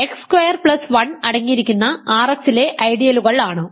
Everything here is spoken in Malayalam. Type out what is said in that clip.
എക്സ് സ്ക്വയർ പ്ലസ് 1 അടങ്ങിയിരിക്കുന്ന Rx ലെ ഐഡിയലുകൾ ആണ്